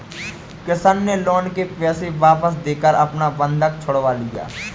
किशन ने लोन के पैसे वापस देकर अपना बंधक छुड़वा लिया